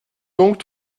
donc